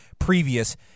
previous